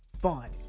Fun